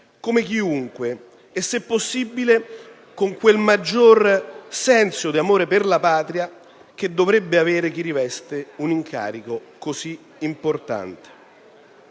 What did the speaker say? come chiunque e, se possibile, con quel maggiore senso di amore per la Patria che dovrebbe avere chi riveste un incarico così importante,